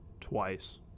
twice